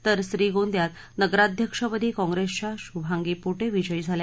तर श्रीगोंद्यात नगराध्यक्षपदी काँप्रेसच्या शुभांगी पोटे विजयी झाल्या